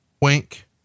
wink